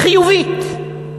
חיובית.